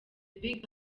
big